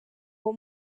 uwo